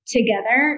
together